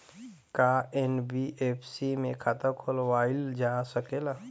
का एन.बी.एफ.सी में खाता खोलवाईल जा सकेला?